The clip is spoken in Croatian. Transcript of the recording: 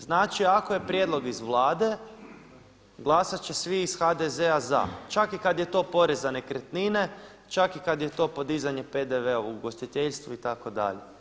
Znači ako je prijedlog iz Vlade glasati će svi iz HDZ-a za čak i kada je to porez za nekretnine, čak i kada je to podizanje PDV-a u ugostiteljstvu itd.